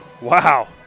Wow